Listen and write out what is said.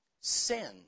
Sin